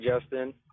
Justin